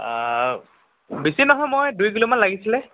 বেছি নহয় মই দুই কিলোমান লাগিছিলে